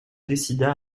décida